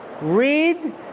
read